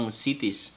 cities